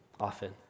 often